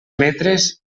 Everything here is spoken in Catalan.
metres